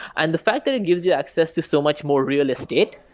and the fact that it gives you access to so much more real estate,